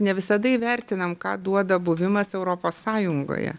ne visada įvertinam ką duoda buvimas europos sąjungoje